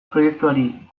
proiektuari